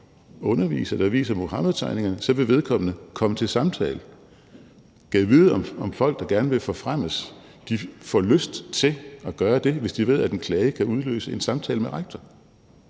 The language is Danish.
underviser, der viser Muhammedtegningerne, vil vedkommende komme til samtale. Gad vide, om folk, der gerne vil forfremmes, får lyst til at gøre det, hvis de ved, at en klage kan udløse en samtale med rektor.